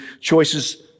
Choices